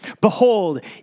Behold